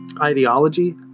ideology